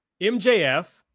MJF